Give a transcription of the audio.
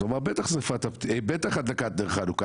אז אמר: בטח הדלקת נר חנוכה,